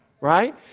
right